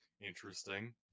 Interesting